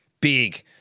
Big